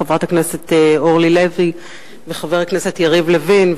חברת הכנסת אורלי לוי וחבר הכנסת יריב לוין,